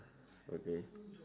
okay